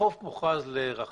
חוף מוכרז לרחצה,